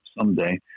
someday